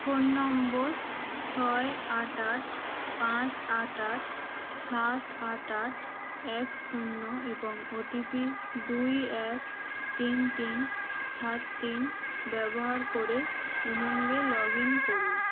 phone নম্বর ছয় আট আট পাঁচ আট আট সাত আট আট এক শূন্য এবং ওটিপি দুই এক তিন তিন সাত তিন ব্যবহার করে উমঙ্গে লগইন করুন